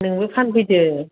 नोंबो फानफैदो